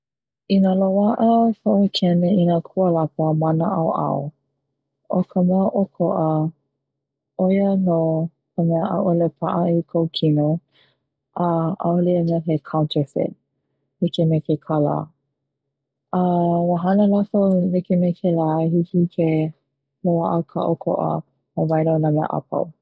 Ina loaʻa ka ʻōkeni ina kualapa ma na ʻaoʻao o ka mea ʻokoʻa ʻo ia no ka mea ʻaʻole paʻa kou kino a ʻaʻole ia mea he like me ka kālā a ua hana lākou e like me kela i hiki ke loaʻa ka meaa ʻokoʻa ma waena o na mea apau.